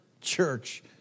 church